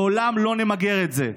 לעולם לא נמגר את זה.